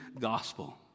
gospel